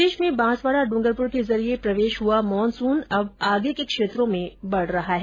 प्रदेश में बांसवाडा डूंगरपुर के जरिये प्रवेश हुआ मानसून अब आगे के क्षेत्रों में बढ रहा है